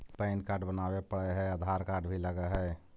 Pan card बनावे पडय है आधार कार्ड भी लगहै?